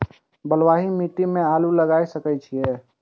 बलवाही मिट्टी में आलू लागय सके छीये?